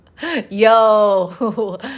Yo